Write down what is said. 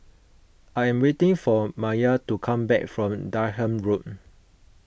I am waiting for Maia to come back from Durham Road